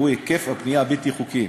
והיא היקף הבנייה הבלתי-חוקית.